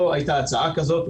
לא הייתה הצעה כזאת,